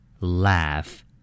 laugh